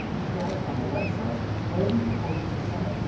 start on the left side folding it over the center,